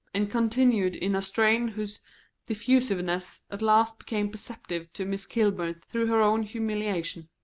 and continued in a strain whose diffusiveness at last became perceptible to miss kilburn through her own humiliation.